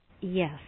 Yes